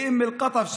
לאום אל-קטף,